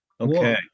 Okay